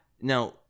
Now